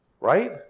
Right